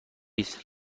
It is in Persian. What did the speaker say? است